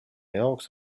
jaoks